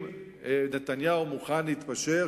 אם נתניהו מוכן להתפשר,